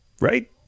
right